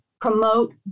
promote